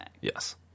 yes